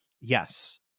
Yes